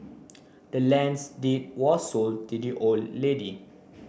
the land's deed was sold to the old lady